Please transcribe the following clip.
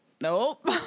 Nope